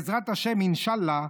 בעזרת השם, אינשאללה,